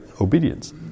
Obedience